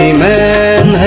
man